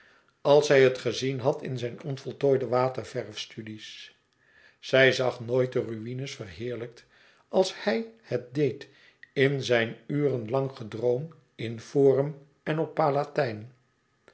als zij het gezien had in zijn onvoltooide waterverfstudies zij zag nooit de ruïnes verheerlijkt als hij het deed in zijn urenlang gedroom in forum en op palatijn